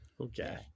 Okay